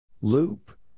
Loop